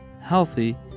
healthy